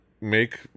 make